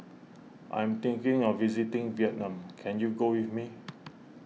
I am thinking of visiting Vietnam can you go with me